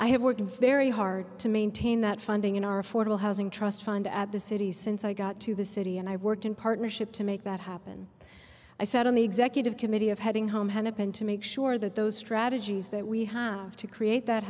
i have worked very hard to maintain that funding in our affordable housing trust fund at the city since i got to the city and i worked in partnership to make that happen i said on the executive committee of heading home hennepin to make sure that those strategies that we have to create that